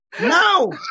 No